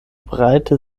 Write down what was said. breite